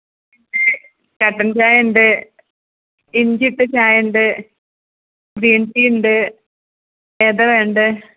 കട്ടൻ ചായ ഉണ്ട് ഇഞ്ചിയിട്ട ചായ ഉണ്ട് ഗ്രീൻ ടീ ഉണ്ട് ഏതാണ് വേണ്ടത്